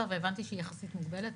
והבנתי שהיא יחסית מוגבלת,